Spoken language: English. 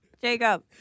Jacob